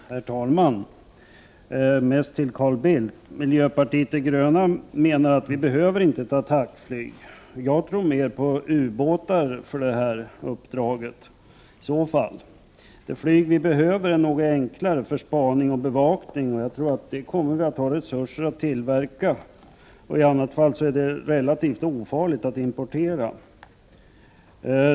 Herr talman! Mest till Carl Bildt: Miljöpartiet de gröna menar att vi inte behöver ett attackflyg; jag tror i så fall mer på ubåtar för detta uppdrag. Det flyg vi behöver är något enklare för spaning och bevakning, och det kommer vi att ha resurser att tillverka; i annat fall är det relativt ofarligt att importera.